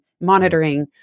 monitoring